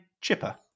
Chipper